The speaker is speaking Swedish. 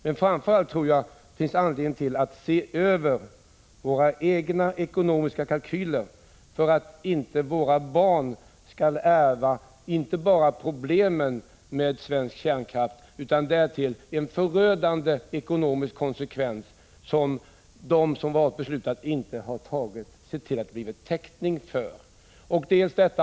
Men framför allt tror jag att det finns anledning att se över våra egna ekonomiska kalkyler för att våra barn, utöver problemen med svensk kärnkraft, inte därtill skall behöva ärva en förödande ekonomisk konsekvens, som de som fattade besluten inte har sett till att få Prot. 1985/86:110 täckning för.